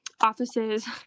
offices